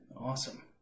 Awesome